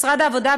משרד העבודה,